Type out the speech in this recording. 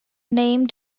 name